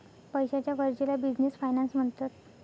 पैशाच्या गरजेला business finance म्हणतात